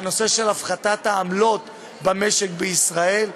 על הנושא של הפחתת העמלות במשק בישראל,